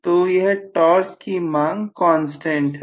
तो यह टॉर्क की मांग कांस्टेंट है